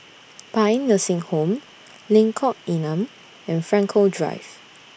Paean Nursing Home Lengkok Enam and Frankel Drive